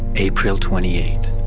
april twenty eight.